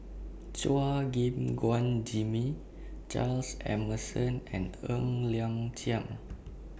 Chua Gim Guan Jimmy Charles Emmerson and Ng Liang Chiang